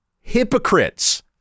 hypocrites